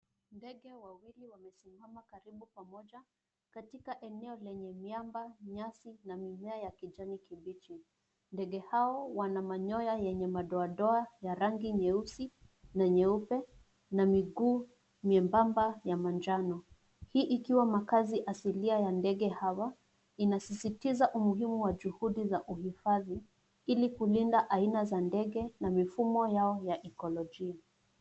Ndege wawili wamesimama karibu pamoja katika eneo lenye miamba, nyasi na mimea ya kijani kibichi. Ndege hao wana manyoya ya doa doa ya rangi nyeusi na meupe na miguu nyebamba ya manjano. Hii ikiwa makazi asilia ya ndege hawa, inasisitiza umuhimu wa juhudi za uhifadhi ili kulinda aina za ndege na mifumo yao ya ekolojia.